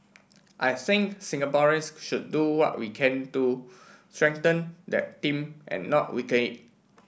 I think Singaporeans should do what we can to strengthen that team and not weaken it